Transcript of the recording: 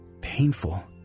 painful